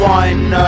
one